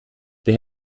they